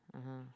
(uh huh)